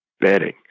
bedding